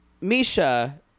Misha